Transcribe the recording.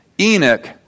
Enoch